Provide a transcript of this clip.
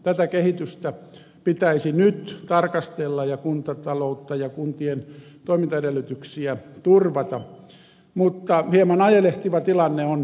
tätä kehitystä pitäisi nyt tarkastella ja kuntataloutta ja kuntien toimintaedellytyksiä turvata mutta hieman ajelehtiva tilanne on tältäkin osin